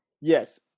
yes